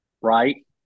right